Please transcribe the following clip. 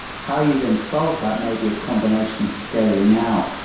how you then solve that may be a combination of scaling out.